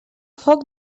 foc